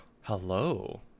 Hello